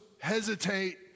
hesitate